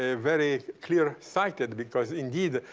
ah very clear-sighted. because, indeed,